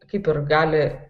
kaip ir gali